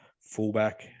fullback